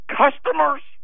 customers